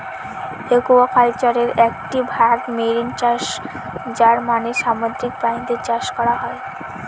একুয়াকালচারের একটি ভাগ মেরিন চাষ যার মানে সামুদ্রিক প্রাণীদের চাষ করা